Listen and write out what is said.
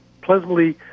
pleasantly